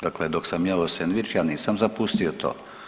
Dakle, dok sam jeo sendvič ja nisam zapustio to.